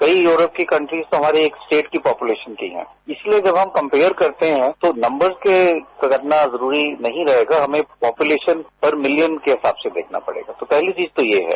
कई यूरोप की कंट्री तो हमारे एक स्टेट की पोपुलेशन की है इसलियेजब हम कम्पेयर करते है तो नंबर को रखना जरूरी नहीं रहेगा हमेंपोपुलेशन पर मिलियन के हिसाब से देखना पड़ेगा तोपहली चीज तो ये है